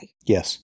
Yes